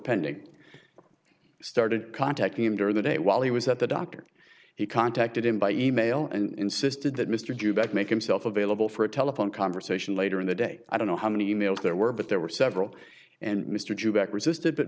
pending started contacting him during the day while he was at the doctor he contacted him by e mail and insisted that mr due back make himself available for a telephone conversation later in the day i don't know how many e mails there were but there were several and mr jack resisted b